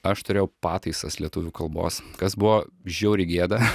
aš turėjau pataisas lietuvių kalbos kas buvo žiauriai gėda